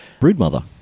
Broodmother